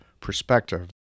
perspective